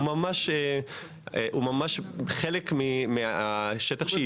הוא חלק מהשטח שייבשו.